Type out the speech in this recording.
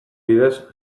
bidez